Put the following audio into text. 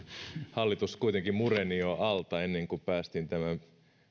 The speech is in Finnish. hallitus kuitenkin mureni jo alta ennen kuin päästiin ihan tämän